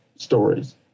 stories